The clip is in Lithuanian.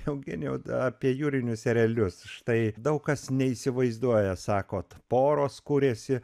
eugenijau apie jūrinius erelius štai daug kas neįsivaizduoja sakot poros kuriasi